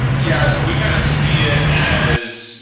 yeah. so we kind of see it as,